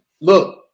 look